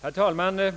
Herr talman!